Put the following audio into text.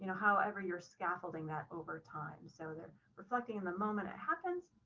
you know however, you're scaffolding that over time. so they're reflecting in the moment it happens,